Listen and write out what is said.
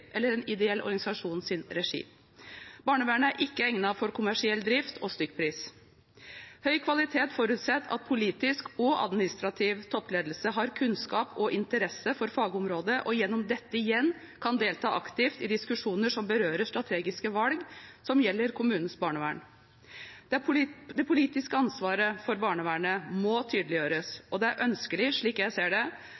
eller en ideell organisasjon sin regi. Barnevernet er ikke egnet for kommersiell drift og stykkpris. Høy kvalitet forutsetter at politisk og administrativ toppledelse har kunnskap og interesse for fagområdet og gjennom dette igjen kan delta aktivt i diskusjoner som berører strategiske valg som gjelder kommunens barnevern. Det politiske ansvaret for barnevernet må tydeliggjøres.